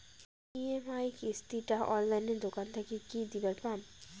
EMI কিস্তি টা অনলাইনে দোকান থাকি কি দিবার পাম?